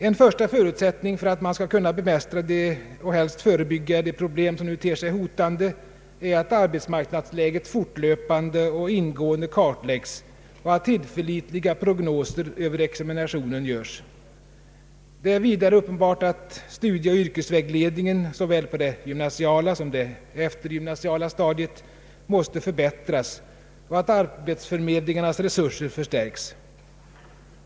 En första förutsättning för att man skall kunna bemästra och helst förebygga de problem som nu ter sig hotande är att arbetsmarknadsläget fortlöpande och ingående kartläggs och att tillförlitligare prognoser över examinationen görs. Det är vidare uppenbart att studieoch yrkesvägledningen såväl på det gymnasiala som på det eftergymnasiala stadiet bör förbättras och att arbetsförmedlingarnas resurser bör förstärkas.